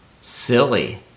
silly